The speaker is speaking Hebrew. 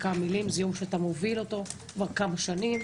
חבר הכנסת טופורובסקי מוביל את היום הזה כבר כמה שנים.